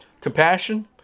Compassion